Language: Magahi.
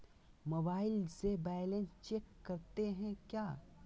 मोबाइल से बैलेंस चेक करते हैं क्या?